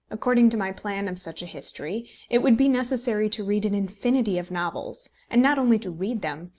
according to my plan of such a history it would be necessary to read an infinity of novels, and not only to read them,